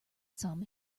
sum